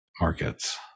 markets